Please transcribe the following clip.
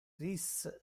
ris